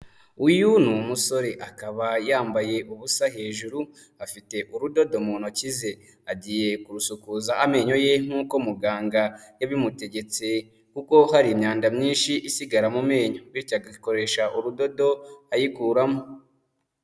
Uyu ni umusore akaba yambaye ubusa hejuru, afite urudodo mu ntoki ze, agiye kurusukuza amenyo ye nkuko muganga yabimutegetse kuko hari imyanda myinshi isigara mu menyo, bityo agakoresha urudodo ayikuramo.